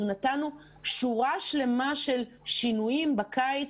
אנחנו נתנו שורה שלמה של שינויים בקיץ,